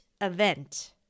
event